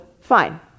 fine